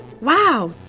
Wow